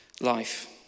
life